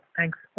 Thanks